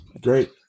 Great